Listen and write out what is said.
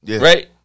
right